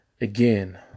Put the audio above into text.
Again